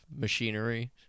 machinery